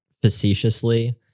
facetiously